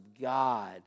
god